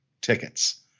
tickets